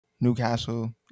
Newcastle